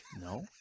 No